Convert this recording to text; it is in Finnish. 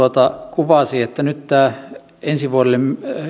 kuvasi että nyt tämä ensi vuodelle